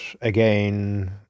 again